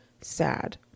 sad